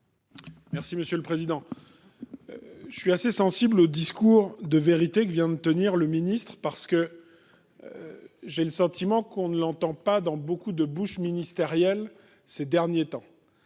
est à M. Fabien Genet. Je suis assez sensible au discours de vérité que vient de tenir le ministre, car j'ai le sentiment qu'on ne l'entend pas dans beaucoup de bouches ministérielles ces derniers temps.